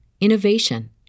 innovation